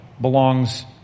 belongs